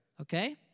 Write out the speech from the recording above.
Okay